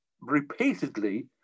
repeatedly